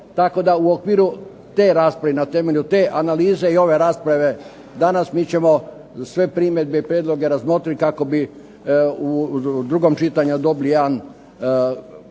tako da u okviru te rasprave i na temelju te analize i ove rasprave danas mi ćemo sve primjedbe i prijedloge razmotriti kako bi u drugom čitanju dobili jedan prijedlog